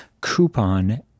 coupon